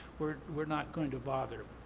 we're we're not going to bother.